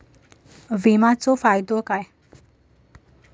विमाचो फायदो काय?